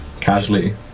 casually